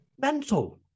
Mental